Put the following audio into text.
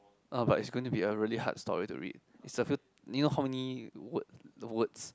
uh but it's gonna be a really hard story to read it's a few you know how many word words